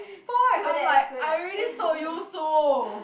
spoilt I'm like I already told you so